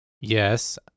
Yes